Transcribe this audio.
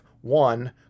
One